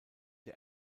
der